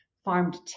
Farmed